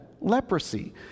leprosy